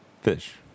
fish